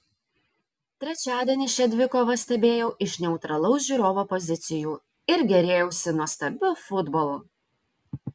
trečiadienį šią dvikovą stebėjau iš neutralaus žiūrovo pozicijų ir gėrėjausi nuostabiu futbolu